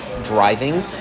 Driving